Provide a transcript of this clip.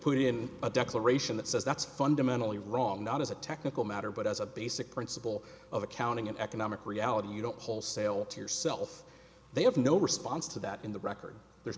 put in a declaration that says that's fundamentally wrong not as a technical matter but as a basic principle of accounting an economic reality you know wholesale tears self they have no response to that in the record there's